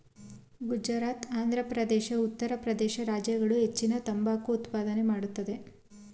ಗುಜರಾತ್, ಆಂಧ್ರಪ್ರದೇಶ, ಉತ್ತರ ಪ್ರದೇಶ ರಾಜ್ಯಗಳು ಹೆಚ್ಚಿನ ತಂಬಾಕು ಉತ್ಪಾದನೆ ಮಾಡತ್ತದೆ